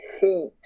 Heat